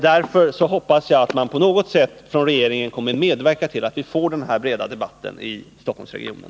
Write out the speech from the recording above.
Därför hoppas jagatt man på något sätt från regeringens sida kommer att medverka till att vi får den här breda debatten i Stockholmsregionen.